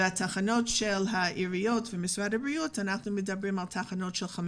ובתחנות של העיריות ומשרד הבריאות יש 500